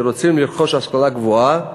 שרוצים לרכוש השכלה גבוהה,